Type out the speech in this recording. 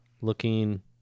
looking